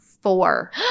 Four